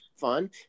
fun